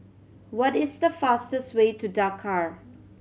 what is the fastest way to Dakar